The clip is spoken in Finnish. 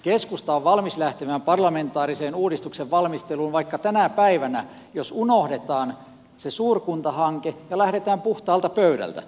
keskusta on valmis lähtemään parlamentaariseen uudistuksen valmisteluun vaikka tänä päivänä jos unohdetaan se suurkuntahanke ja lähdetään puhtaalta pöydältä